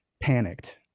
panicked